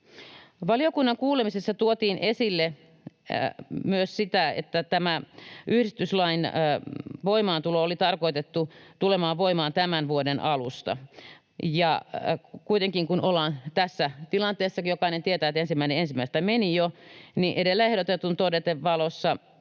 Valiokunnan kuulemisessa tuotiin esille myös, että tämä yhdistyslain voimaantulo oli tarkoitettu tulemaan voimaan tämän vuoden alusta. Kuitenkin, kun ollaan tässä tilanteessa — jokainen tietää, että 1.1. meni jo — niin edellä ehdotetun ja todetun valossa